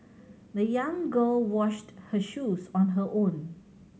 the young girl washed her shoes on her own